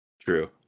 true